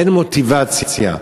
אין מוטיבציה.